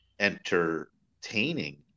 entertaining